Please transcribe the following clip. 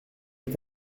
est